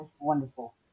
wonderful